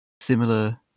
similar